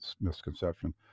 misconception